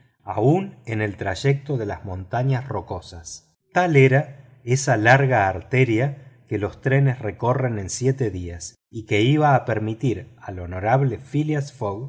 aun en el trayecto de las montañas rocosas tal era esa larga arteria que los trenes recorren en siete días y que iba a permitir al honorable phileas fogg